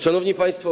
Szanowni Państwo!